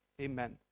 amen